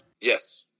Yes